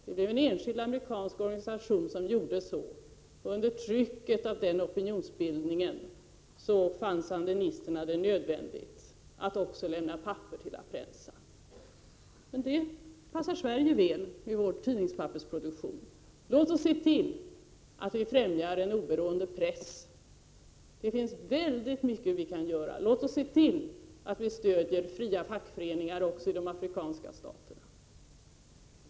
Det blev en enskild amerikansk organisation som gjorde så, och under trycket av den opinionsbildningen fann sandinisterna det nödvändigt att också lämna papper till La Prensa. Men det skulle passa Sverige väl i vår tidningspappersproduktion. Låt oss se till att vi främjar en oberoende press! Låt oss se till att vi stödjer fria fackföreningar också i de afrikanska staterna!